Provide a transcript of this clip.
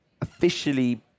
officially